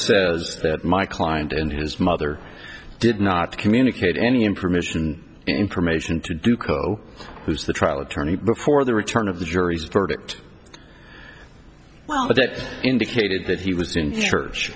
says that my client and his mother did not communicate any information information to do co who's the trial attorney before the return of the jury's verdict well that indicated that he was in church